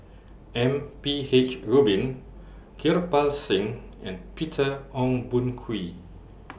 M P H Rubin Kirpal Singh and Peter Ong Boon Kwee